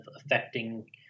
affecting